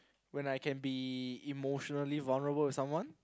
when I can be emotional vulnerable with someone